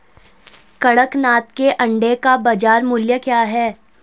कड़कनाथ के अंडे का बाज़ार मूल्य क्या है?